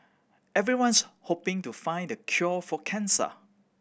everyone's hoping to find the cure for cancer